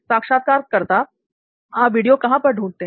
साक्षात्कारकर्ता आप वीडियो कहां पर ढूंढते हैं